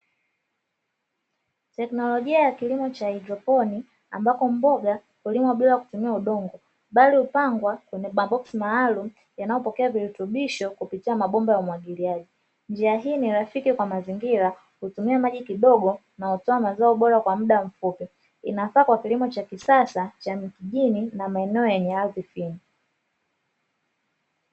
Teknolojia ya kilimo cha haidroponi, ambako mboga hulimwa bila kutumia udongo bali hupangwa kwene maboksi maalumu yanayo pokea virutubisho kupitia mabomba ya umwagiliaji, njia hii ni rafiki kwa mazingira, hutumia maji kidogo na inatoa mazao bora kwa muda mfupi inafaa kwa kilimo cha kisasa cha mjini na maeneo yenye ardhi pia.